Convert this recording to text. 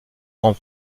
grands